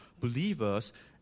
believers